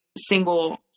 single